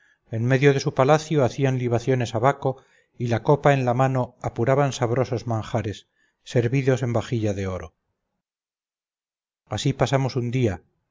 en medio de su palacio hacían libaciones a baco y la copa en la mano apuraban sabrosos manjares servidos en vajilla de oro así pasamos un día